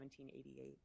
1788